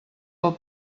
pel